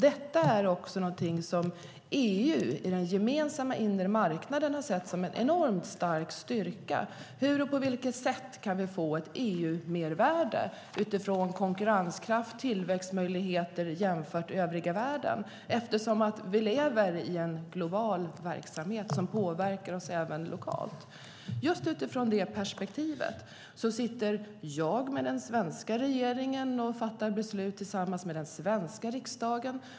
Detta är också någonting som EU i den gemensamma inre marknaden har sett som en enorm styrka: Hur kan vi få ett EU-mervärde utifrån konkurrenskraft och tillväxtmöjligheter jämfört med övriga världen, eftersom vi lever i en global verksamhet som påverkar oss även lokalt? Utifrån det perspektivet sitter jag med den svenska regeringen och fattar beslut tillsammans med den svenska riksdagen.